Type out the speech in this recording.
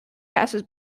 passes